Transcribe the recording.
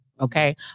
Okay